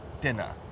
dinner